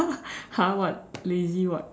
!huh! what lazy what